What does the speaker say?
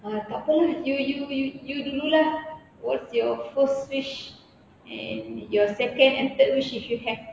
ah takpe lah you dulu lah what's your first wish and your second and third wish if you have